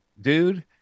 dude